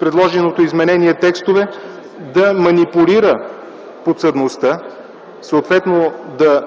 предложеното изменение текстове да манипулира подсъдността, съответно да